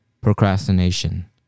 procrastination